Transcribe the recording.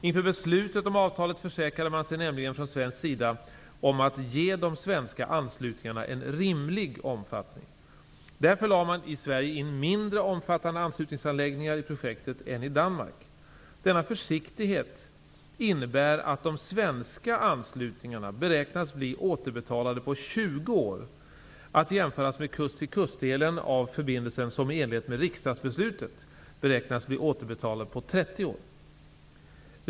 Inför beslutet om avtalet försäkrade man sig nämligen från svensk sida om att ge de svenska anslutningarna en rimlig omfattning. Därför lade man i Sverige in mindre omfattande anslutningsanläggningar i projektet än i Danmark. Denna försiktighet innebär att de svenska anslutningarna beräknas bli återbetalade på 20 år, att jämföras med kust-till-kust-delen av förbindelsen som, i enlighet med riksdagsbeslutet, beräknas bli återbetalad på 30 år.